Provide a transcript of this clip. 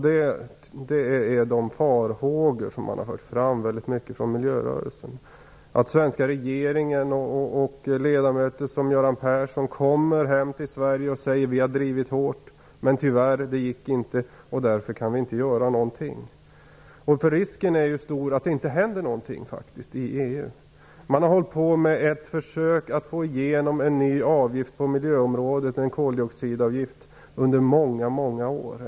Det är de farhågor som miljörörelsen har fört fram mycket starkt, att svenska regeringen och ledamöter som Göran Persson kommer hem till Sverige och säger: Vi har drivit frågan hårt, men tyvärr gick det inte och därför kan vi inte göra någonting. Risken är faktiskt stor att det inte händer någonting i EU. Man har hållit på med ett försök att få igenom en ny avgift på miljöområdet, en koldioxidavgift, under många år.